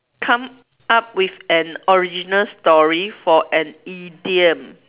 come up with an original story for an idiom